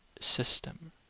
system